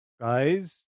guys